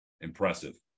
impressive